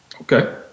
Okay